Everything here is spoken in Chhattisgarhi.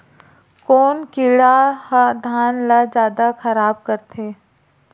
कोन कीड़ा ह धान ल जादा खराब करथे?